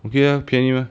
okay ah 便宜 mah